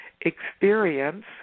experience